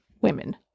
women